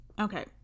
okay